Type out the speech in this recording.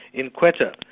in quetta,